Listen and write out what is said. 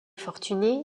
fortuné